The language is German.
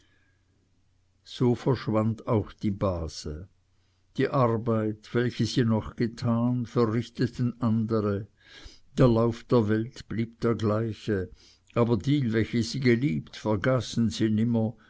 so verschwand auch die base die arbeit welche sie noch getan verrichteten andere der lauf der welt blieb der gleiche aber die welche sie geliebt vergaßen sie nimmer